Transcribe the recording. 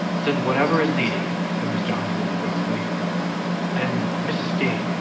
send whatever is needed, said mr. underwood, brusquely and, mrs. dean,